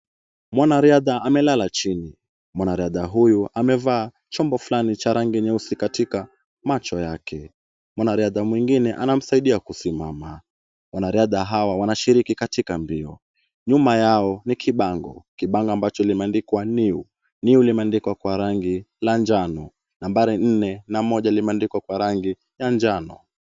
Mwanariadha amelala chini. Mwanariadha huyu amevaa chombo fulani cha rangi nyeusi katika macho yake. Mwanaridha mwingine anamsaidia kusimama. Wanariadha hawa wanashiriki katika mbio. Nyuma yao ni kibango. Kibango ambacho kimeandikwa New . New limeandikwa kwa rangi la njano. Nambari nne na moja limendikwa kwa rangi la njano.